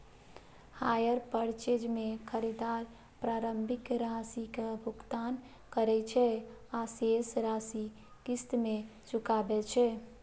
hire purchase मे खरीदार प्रारंभिक राशिक भुगतान करै छै आ शेष राशि किस्त मे चुकाबै छै